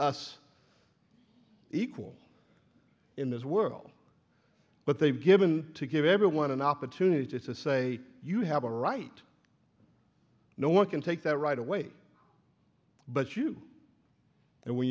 us equal in this world but they've given to give everyone an opportunity to say you have a right no one can take that right away but you and when